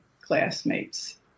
classmates